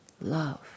love